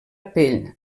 pell